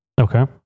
Okay